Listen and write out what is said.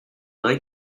mới